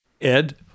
Ed